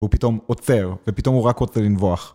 הוא פתאום עוצר, ופתאום הוא רק רוצה לנבוח.